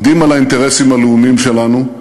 אנחנו עומדים על האינטרסים הלאומיים שלנו,